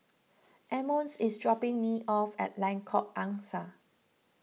Emmons is dropping me off at Lengkok Angsa